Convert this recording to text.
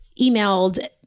emailed